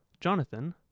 Jonathan